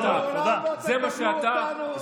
לעולם לא תקבלו אותנו.